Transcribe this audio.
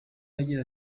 agira